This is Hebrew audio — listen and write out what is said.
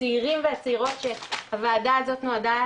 הצעירים והצעירות שהוועדה הזאת נועדה